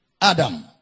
Adam